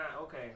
Okay